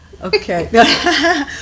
Okay